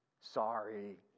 Sorry